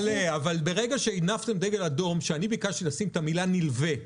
אבל כאשר הנפתם דגל אדום כשאני ביקשתי להוסיף את המילה "נלווה"